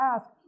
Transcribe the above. ask